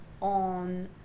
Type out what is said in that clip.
on